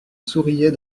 souriait